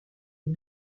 est